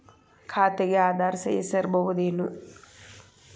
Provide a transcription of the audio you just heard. ಖಾತೆಗೆ ಆಧಾರ್ ಸೇರಿಸಬಹುದೇನೂ?